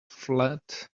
flat